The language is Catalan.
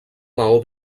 maó